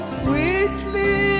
sweetly